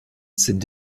sind